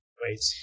Wait